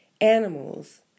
animals